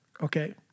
okay